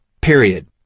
period